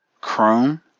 Chrome